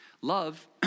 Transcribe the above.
Love